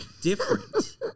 different